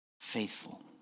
faithful